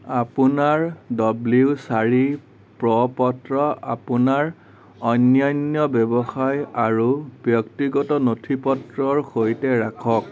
আপোনাৰ ডব্লিউ চাৰি প্ৰ পত্ৰ আপোনাৰ অন্যান্য ব্যৱসায় আৰু ব্যক্তিগত নথি পত্ৰৰ সৈতে ৰাখক